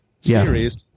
series